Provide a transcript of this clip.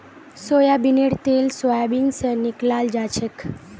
सोयाबीनेर तेल सोयाबीन स निकलाल जाछेक